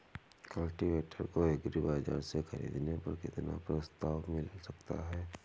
Cultivator को agri बाजार से ख़रीदने पर कितना प्रस्ताव मिल सकता है?